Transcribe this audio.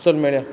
चल मेळया